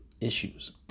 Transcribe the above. issues